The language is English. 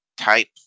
type